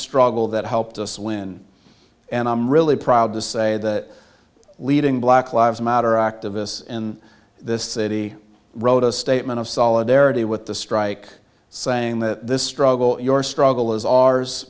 struggle that helped us win and i'm really proud to say that leading black lives matter activists in this city wrote a statement of solidarity with the strike saying that this struggle your struggle is ours